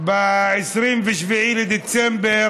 ב-27 בדצמבר